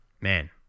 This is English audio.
Man